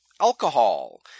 alcohol